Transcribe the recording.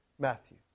Matthew